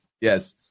Yes